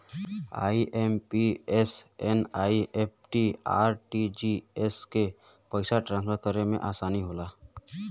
IMPS, NEFT, RTGS से पइसा transfer करे में आसानी होला